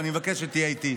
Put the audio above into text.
ואני מבקש שתהיה איתי.